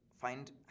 find